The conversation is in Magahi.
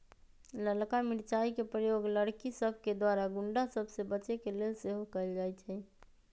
ललका मिरचाइ के प्रयोग लड़कि सभके द्वारा गुण्डा सभ से बचे के लेल सेहो कएल जाइ छइ